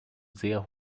sehr